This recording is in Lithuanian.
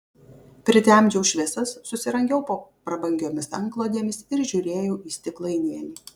pritemdžiau šviesas susirangiau po prabangiomis antklodėmis ir žiūrėjau į stiklainėlį